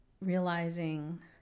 realizing